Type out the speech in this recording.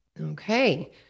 Okay